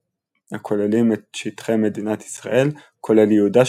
הכוללים את שטחי מדינת ישראל כולל יהודה,